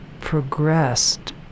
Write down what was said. progressed